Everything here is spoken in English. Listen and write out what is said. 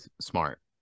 smart